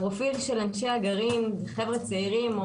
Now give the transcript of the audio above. הפרופיל של אנשי הגרעין זה חבר'ה צעירים,